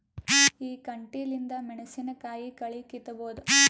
ಈ ಕಂಟಿಲಿಂದ ಮೆಣಸಿನಕಾಯಿ ಕಳಿ ಕಿತ್ತಬೋದ?